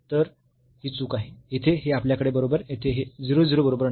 तर ही चूक आहे येथे हे आपल्याकडे बरोबर येथे हे 0 0 बरोबर नाही